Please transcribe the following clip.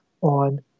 on